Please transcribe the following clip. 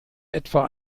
etwa